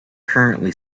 currently